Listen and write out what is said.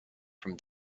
from